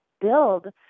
build